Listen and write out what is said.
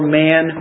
man